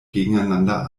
gegeneinander